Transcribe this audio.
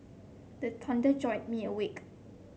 the thunder jolt me awake